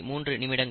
3 நிமிடங்கள்